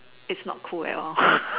it's not cool at all